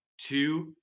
two